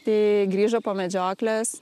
tai grįžo po medžioklės